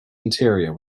interior